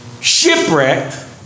shipwrecked